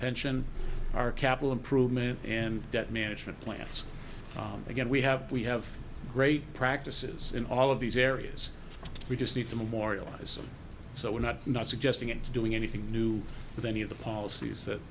pension our capital improvement and debt management plans again we have we have great practices in all of these areas we just need to memorialize so we're not not suggesting and doing anything new with any of the policies that